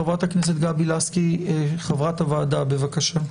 חברת הכנסת גבי לסקי, חברת הוועדה, בבקשה.